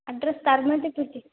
address Dharmathupatti